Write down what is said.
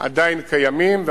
עדיין קיימים,